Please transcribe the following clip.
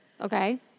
Okay